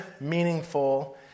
meaningful